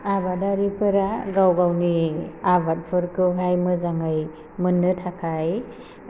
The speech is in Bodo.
आबादारिफोरा गाव गावनि आबादफोरखौहाय मोजाङै मोननो थाखाय